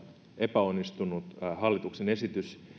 epäonnistunut hallituksen esitys